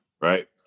right